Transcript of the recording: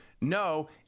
No